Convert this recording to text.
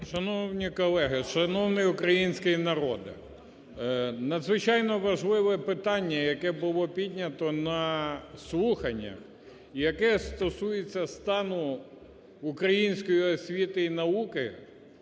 Шановні колеги! Шановний український народе! Надзвичайно важливе питання, яке було піднято на слуханнях, яке стосується стану української освіти і науки,